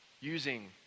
Using